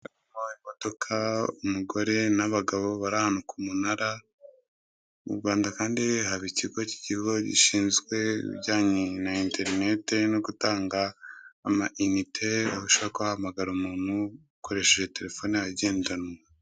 Imodoka umugore n'abagabo bari ahantu ku munara, mu Rwanda kandi haba ikigo cy'igihugu gishinzwe ibijyanye na enterinete no gutanga ama inite ushobora kuba wahamagara umuntu ukoresheje telefone yawe igendanwa.